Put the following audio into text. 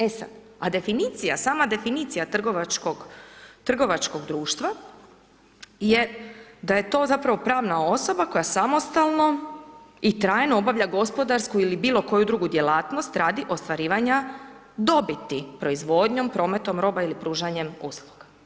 E sad, a definicija, sama definicija trgovačkog društva je da je to zapravo pravna osoba koja samostalno i trajno obavlja gospodarsku ili bilo koju drugu djelatnost radi ostvarivanja dobiti, proizvodnji, prometom roba ili pružanjem usluga.